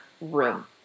room